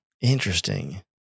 interesting